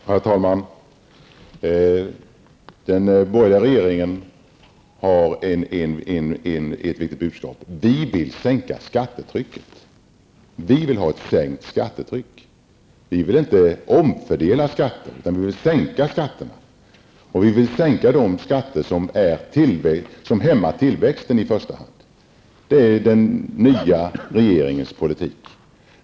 Herr talman! Den borgerliga regeringen har ett litet budskap. Vi vill sänka skattetrycket. Vi vill inte omfördela skatten, utan vi vill sänka skatterna. Vi vill i första hand sänka de skatter som hämmar tillväxten. Det är den nya regeringens politik.